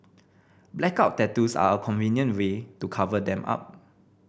blackout tattoos are a convenient way to cover them up